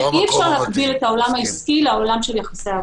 אי אפשר להעביר את העולם העסקי לעולם של יחסי העבודה.